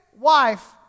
wife